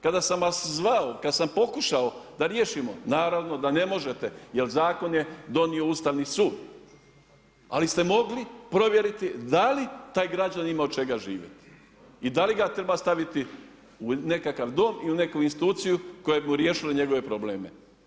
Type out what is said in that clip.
Kada sam vas zvao kada sam pokušao da riješimo, naravno da ne možete jer zakon je donio Ustavni sud, ali ste mogli provjeriti da li taj građanin ima od čega živjeti i da li ga treba staviti u nekakav dom ili u neku instituciju koja bi mu riješila njegove probleme.